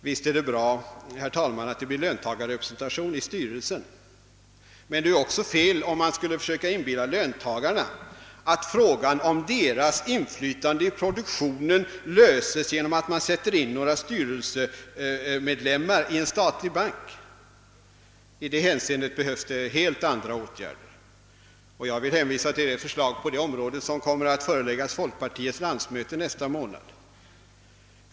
Visst är det bra, herr talman, att det blir löntagarrepresentation i styrelsen, men det vore fel om man skulle försöka inbilla löntagarna att frågan om deras inflytande på produktionen löses genom att man sätter in några styrelsemedlemmar i en statlig bank. I det hänseendet behövs helt andra åtgärder. Jag vill hänvisa till det förslag på detta område, som kommer att föreläggas folkpartiets landsmöte nästa månad.